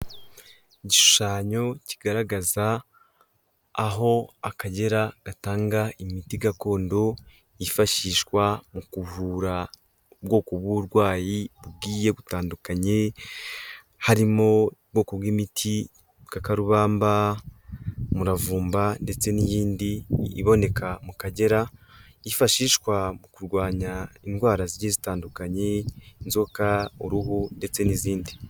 Igishushanyo kigaragaza aho akagera gatanga imiti gakondo yifashishwa mu kuvura ubwoko bw'uburwayi bwiye butandukanye harimo ubwoko bw'imiti bw'akarubamba muravumba ndetse n'iyindi iboneka mu kagera yifashishwa mu kurwanya indwara ziri zitandukanye inzoka uruhu ndetse n'izindi.